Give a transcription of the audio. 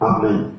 Amen